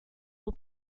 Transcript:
will